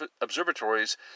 observatories